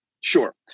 Sure